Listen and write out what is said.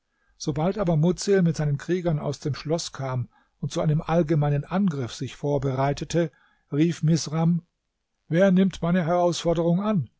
sobald aber mudsil mit seinen kriegern aus dem schloß kam und zu einem allgemeinen angriff sich vorbereitete rief misram wer nimmt meine herausforderung an